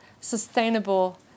sustainable